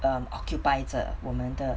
um occupy 着我们的